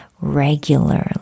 regularly